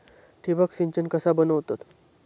ठिबक सिंचन कसा बनवतत?